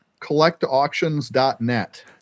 Collectauctions.net